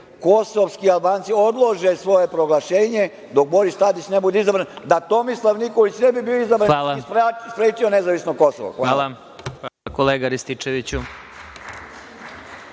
kosovski Albanci odlože svoje proglašenje dok Boris Tadić ne bude izabran, da Tomislav Nikolić ne bi bio izabran i sprečio nezavisno Kosovo.